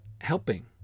helping